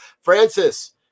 Francis